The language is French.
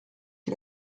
qui